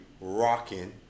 rocking